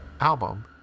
album